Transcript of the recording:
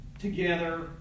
together